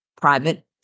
private